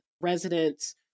residents